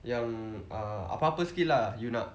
yang err apa-apa skill lah you nak